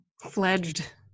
Fledged